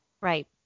right